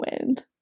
wind